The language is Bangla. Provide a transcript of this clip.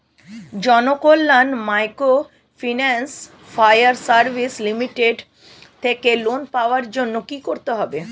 Janakalyan microfinance fire service limited থেকে লোন পাওয়ার জন্য কি করতে হবে?